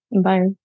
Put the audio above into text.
Bye